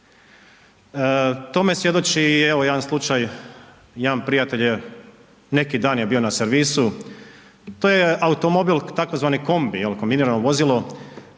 Tome svjedoči evo i jedan slučaj, jedan prijatelj je, neki dan je bio na servisu, to je automobil, tzv. kombi, je li, kombinirano vozilo,